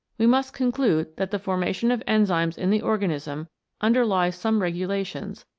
we must conclude that the formation of enzymes in the organism underlies some regulations,